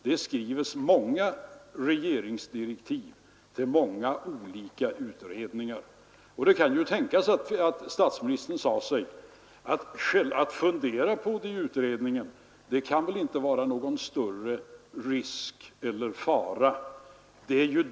Det skrivs många regeringsdirektiv till många olika utredningar, och det kan ju tänkas att statsministern sade sig att det inte kunde vara någon risk att man funderade på detta med inflationsskydd i skatteutredningen.